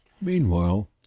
meanwhile